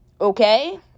Okay